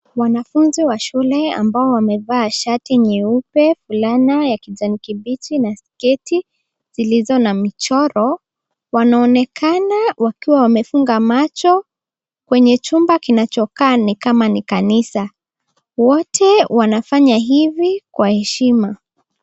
Wanafunzi wa shule ambao wamevaa shati nyeupe, fulana ya kijani kibichi na sketi zilizo na mchoro, wanaonekana wakiwa wamefunga macho kwenye chumba kinachokaa ni kama ni kanisa. Wote wanafanya hivi kwa heshima.